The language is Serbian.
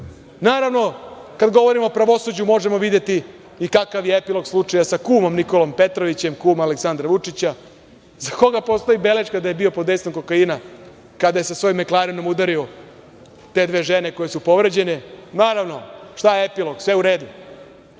veća. Naravno, kad govorimo o pravosuđu možemo videti i kakav je epilog slučaja sa kumom Nikolom Petrovićem, kum Aleksandra Vučića, za koga postoji beleška da je bio pod dejstvom kokaina kada je sa svojim Meklarenom uradio te dve žene koje su povređene. Naravno, šta je epilog? Sve u